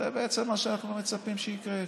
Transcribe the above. זה בעצם מה שאנחנו מצפים שיקרה.